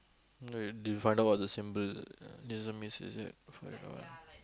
no they they run out of the symbol doesn't miss is it forever